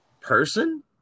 person